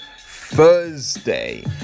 Thursday